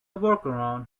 workaround